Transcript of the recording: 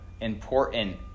important